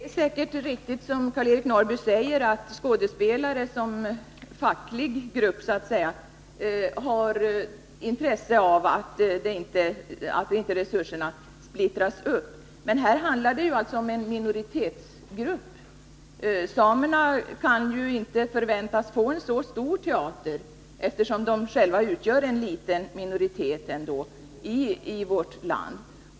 Fru talman! Det är, som Karl-Eric Norrby säger, säkert riktigt att skådespelare som facklig grupp har intresse av att resurserna inte splittras upp. Men här handlar det alltså om en minoritetsgrupp. Samerna kan ju inte förväntas få en stor teater, eftersom de ändå utgör en liten minoritet i vårt land.